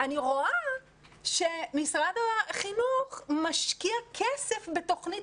אני רואה שמשרד החינוך משקיע כסף בתוכנית